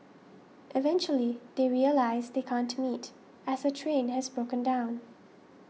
eventually they realise they can't meet as her train has broken down